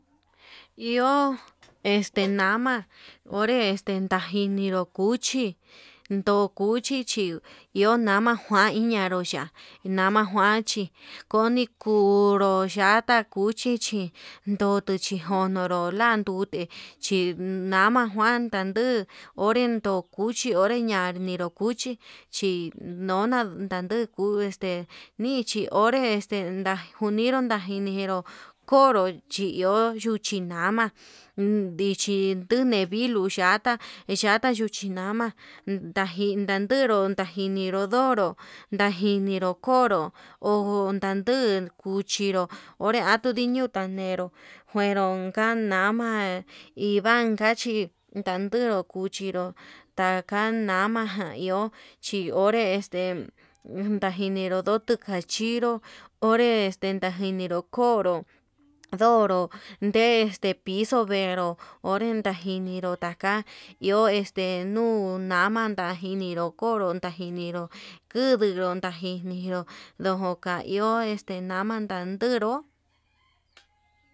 Iho este nama onre hi tanjiniró cuchi ndo cuchi chí, iho nama njuan ineró ya nama kuan chí kuni kunru yata cuchi chí koni konoró lan ndute chi nama kuan, nduu onre ndon cuchi onre ñaninro cuchi chi nona kande kuu este nichi onré najuniru laninro koro chi iho nduchi nama ndichi noni viluu, yata yata nuchi nama ndajin nadero ndajiniro donró, ndajiniro koro ho ndanduu cuchinro onre atuu ndiñuu tanero njuerón ka nama hívan kachi ndaderu cuchi ndandero taka mana ján, naiho chi onre este ndajiniru ndotu kachiro onre ndajiniro koro nonró de este pizo vee nró onre ndajiniro taka, iho este nuu nama ndajiniro koro ndajiniró kuu nduru najinero ndojo ka iho este nama najinero.